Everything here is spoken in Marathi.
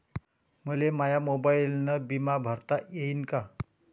मले माया मोबाईलनं बिमा भरता येईन का?